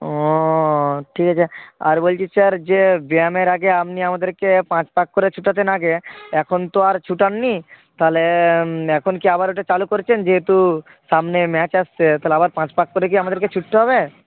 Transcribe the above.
ও ঠিক আছে আর বলছি স্যার যে ব্যায়ামের আগে আপনি আমাদেরকে পাঁচ পাক করে ছোটাতেন আগে এখন তো আর ছোটান না তাহলে এখন কি আবার ওটা চালু করছেন যেহেতু সামনে ম্যাচ আসছে তাহলে আবার পাঁচ পাক করে কি আমাদেরকে ছুটতে হবে